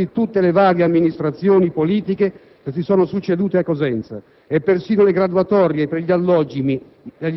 ma una qualsiasi risposta da parte di tutte le varie amministrazioni politiche che si sono succedute a Cosenza. E persino le graduatorie per gli